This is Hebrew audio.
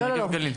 לא, מהנגב והגליל.